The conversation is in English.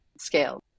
scale